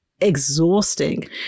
exhausting